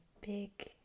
big